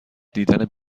دیدن